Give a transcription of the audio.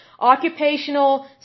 occupational